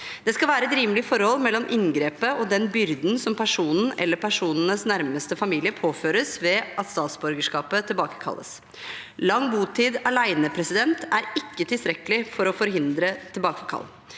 Det skal være et rimelig forhold mellom inngrepet og den byrden som personen eller personens nærmeste familie påføres ved at statsborgerskapet tilbakekalles. Lang botid er alene ikke tilstrekkelig for å forhindre tilbakekall.